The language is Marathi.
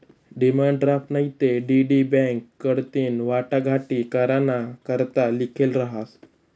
डिमांड ड्राफ्ट नैते डी.डी बॅक कडथीन वाटाघाटी कराना करता लिखेल रहास